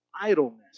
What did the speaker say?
idleness